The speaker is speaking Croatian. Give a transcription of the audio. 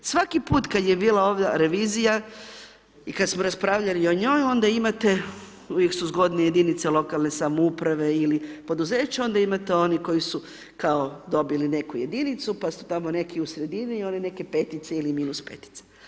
Svaki put kad je bila ovdje revizija i kad smo raspravljali o njoj onda imate uvijek su zgodni jedinice lokalne samouprave ili poduzeća onda imate onih koji su kao dobili neku jedinicu, pa su tamo neki u sredini i one neke 5 ili minus petice.